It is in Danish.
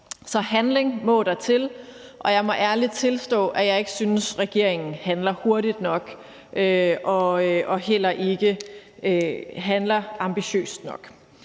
Så handling må der til. Og jeg må ærligt tilstå, at jeg ikke synes, regeringen handler hurtigt nok eller ambitiøst nok.